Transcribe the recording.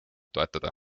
toetada